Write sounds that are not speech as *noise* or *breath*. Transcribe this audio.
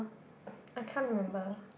*breath* I can't remember